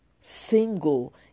single